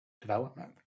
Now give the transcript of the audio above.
development